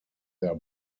their